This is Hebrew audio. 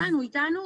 הוא כאן, הוא איתנו.